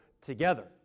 together